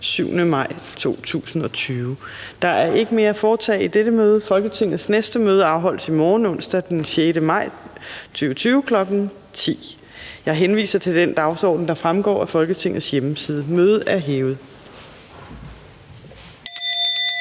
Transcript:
(Trine Torp): Der er ikke mere at foretage i dette møde. Folketingets næste møde afholdes i morgen, onsdag den 6. maj 2020, kl. 10.00. Jeg henviser til den dagsorden, der fremgår af Folketingets hjemmeside. Mødet er hævet.